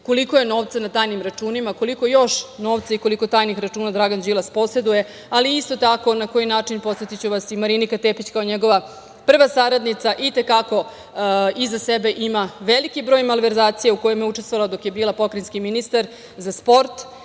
koliko je novca na tajnim računima, koliko još novca i koliko tajnih računa Dragan Đilas poseduje, ali isto tako na koji način i Marinika Tepić kao njegova prva saradnica i te kako iza sebe ima veliki broj malverzacija u kojima je učestvovala dok je bila pokrajinski ministar za sport.